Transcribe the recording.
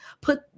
put